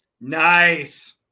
Nice